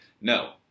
no